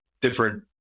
different